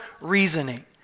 reasoning